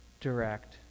direct